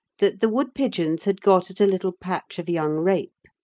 that the woodpigeons had got at a little patch of young rape,